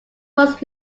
was